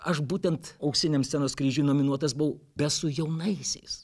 aš būtent auksiniam scenos kryžiui nominuotas buvau be su jaunaisiais